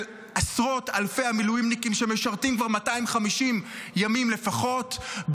של עשרות אלפי המילואימניקים שמשרתים כבר 250 ימים לפחות,